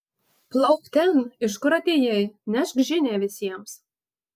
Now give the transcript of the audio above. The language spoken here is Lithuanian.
plauk ten iš kur atėjai nešk žinią visiems